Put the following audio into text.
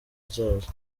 zaza